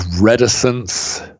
reticence